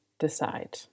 Decide